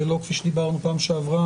ולא כפי שדיברנו פעם שעברה,